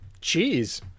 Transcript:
cheese